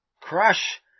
crush